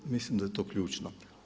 Mislim da je to ključno.